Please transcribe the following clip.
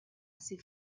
ses